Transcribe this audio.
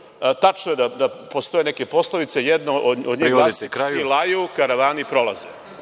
tačno je da postoje neke poslovice, jedna od njih glasi – psi laju karavani prolaze.